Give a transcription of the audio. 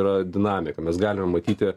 yra dinamika mes galime matyti